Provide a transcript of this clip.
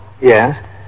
Yes